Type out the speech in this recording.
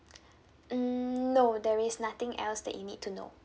mm no there is nothing else that you need to know